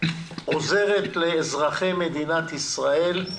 עוזר לאזרחי מדינת ישראל,